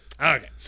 Okay